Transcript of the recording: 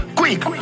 quick